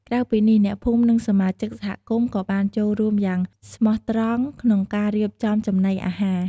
ក្រៅពីនេះ អ្នកភូមិ និងសមាជិកសហគមន៍ក៏បានចូលរួមយ៉ាងស្មោះត្រង់ក្នុងការរៀបចំចំណីអាហារ។